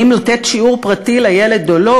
האם לתת שיעור פרטי לילד או לא,